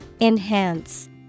enhance